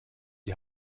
die